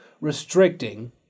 restricting